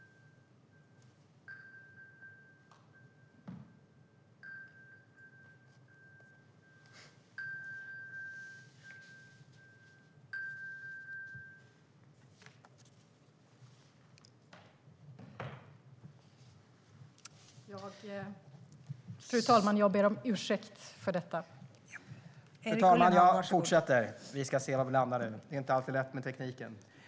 : Fru talman! Jag ber om ursäkt för detta.) Fru talman! Jag fortsätter. Vi får se var vi landar nu - det är inte alltid lätt med tekniken.